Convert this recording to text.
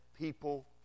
people